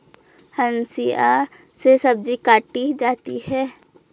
हंसिआ से सब्जी काटी जाती है